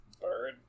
bird